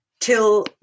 till